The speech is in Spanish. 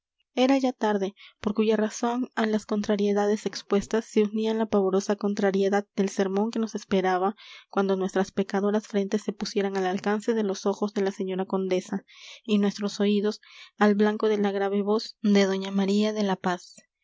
era ya tarde por cuya razón a las contrariedades expuestas se unía la pavorosa contrariedad del sermón que nos esperaba cuando nuestras pecadoras frentes se pusieran al alcance de los ojos de la señora condesa y nuestros oídos al blanco de la grave voz de doña maría de la paz